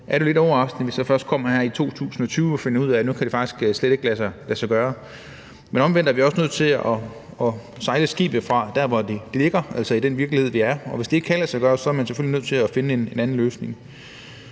er det lidt overraskende, at man så først kommer her i 2020 og finder ud af, at det faktisk slet ikke kan lade sig gøre. Men omvendt er vi også nødt til at sejle skibet fra der, hvor det ligger, altså i den virkelighed, vi er i, og hvis det ikke kan lade sig gøre, er man selvfølgelig nødt til at finde en anden løsning.